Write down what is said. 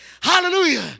hallelujah